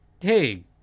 hey